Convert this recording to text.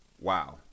Wow